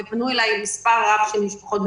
ופנו אליי משפחות רבות בעניין.